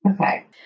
Okay